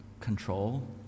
control